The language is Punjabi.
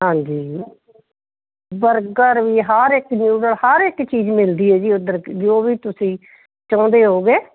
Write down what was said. ਹਾਂਜੀ ਬਰਗਰ ਵੀ ਹਰ ਇੱਕ ਜੋ ਵੀ ਹੈ ਹਰ ਇੱਕ ਚੀਜ਼ ਮਿਲਦੀ ਹੈ ਜੀ ਉੱਧਰ ਜੋ ਵੀ ਤੁਸੀਂ ਚਾਹੁੰਦੇ ਹੋਵੋਗੇ